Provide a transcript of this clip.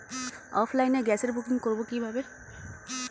অফলাইনে গ্যাসের বুকিং করব কিভাবে?